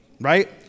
right